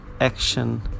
action